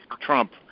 Trump